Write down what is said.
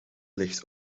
ligt